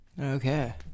okay